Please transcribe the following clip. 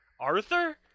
arthur